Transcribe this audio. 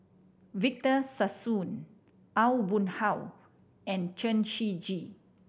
Victor Sassoon Aw Boon Haw and Chen Shiji